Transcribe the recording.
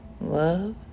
love